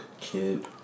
kid